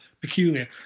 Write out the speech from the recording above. peculiar